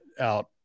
out